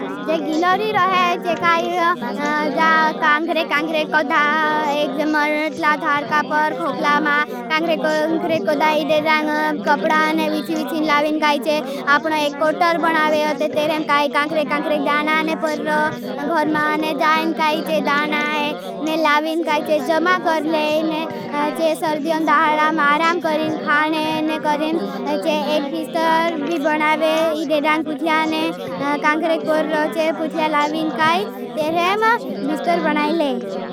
जे गिलोरी रहे चे काई जा कांखरे कांखरे कोड़ा। एक जे मरनतला धारका पर खोकला मा कांखरे कांखरे कोड़ा इदे रांग कपड़ा ने विची विची न लाविन काई चे। आपनो एक कोटर बनावे होते ते रहें।. काई कांखरे कांखरे क दाना ने पर रो चे पुछला। लाविन काई ते रहें बिस्टर बनाई ले।